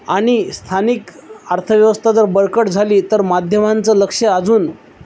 आणि स्थानिक अर्थव्यवस्था जर बळकट झाली तर माध्यमांचं लक्ष अजून